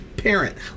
parent